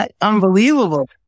Unbelievable